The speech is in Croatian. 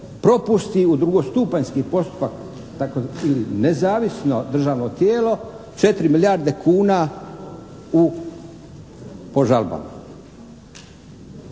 propusti u drugostupanjski postupak tako ili nezavisno državno tijelo četiri milijarde kuna u po žalbama.